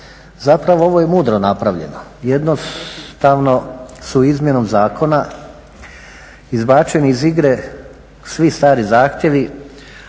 Zapravo ovo je mudro napravljeno. Jednostavno su izmjenom zakona izbačeni iz igre svi stari zahtjevi,